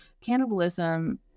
cannibalism